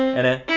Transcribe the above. and